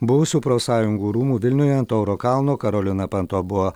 buvusių profsąjungų rūmų vilniuje ant tauro kalno karolina panto buvo